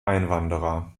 einwanderer